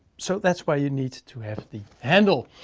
so that's why you need to have the handle.